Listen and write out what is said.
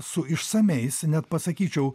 su išsamiais net pasakyčiau